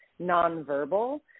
nonverbal